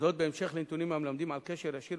זאת בהמשך לנתונים המלמדים על קשר ישיר